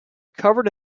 covered